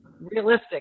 realistic